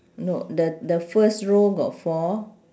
no the the first row got four